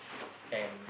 an